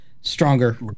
stronger